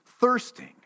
thirsting